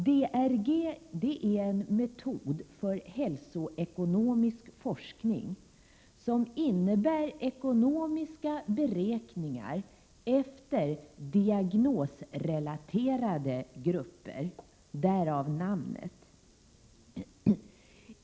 DRG är en metod för hälsoekonomisk forskning som innebär ekonomiska beräkningar efter diagnosrelaterade grupper — därav namnet.